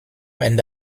ende